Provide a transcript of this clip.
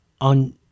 on